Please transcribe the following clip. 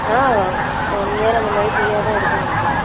ஆ one year அந்த மாதிரி ஃப்ரீயாக தான் இருக்கும்னு நினைக்கறேன்